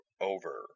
over